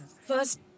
first